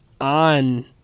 on